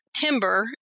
Timber